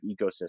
ecosystem